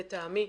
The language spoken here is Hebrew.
לטעמי,